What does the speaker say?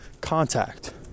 contact